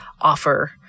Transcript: offer